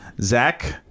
Zach